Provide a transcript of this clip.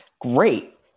great